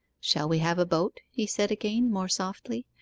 shall we have a boat he said again, more softly,